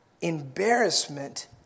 embarrassment